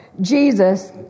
Jesus